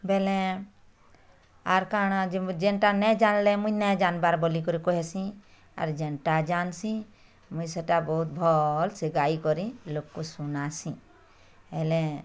ବେଲେ ଆର୍ କ'ଣ ଅଛି ମୁଁ ଯେନ୍ତା ନ ଜାଣିଲେ ମୁଇଁ ନ ଜାଣିବାର ବୋଲି କରି କହେଁସି ଆର ଯେନ୍ତା ଜାନ୍ସି ମୁଇଁ ସେଟା ବହୁତ ଭଲ୍ ସେ ଗାଇ କରି ଲୋକ ଶୁନାସି ହେଲେ